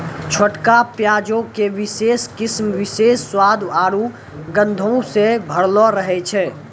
छोटका प्याजो के विशेष किस्म विशेष स्वाद आरु गंधो से भरलो रहै छै